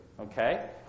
Okay